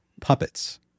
puppets